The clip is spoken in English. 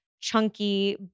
chunky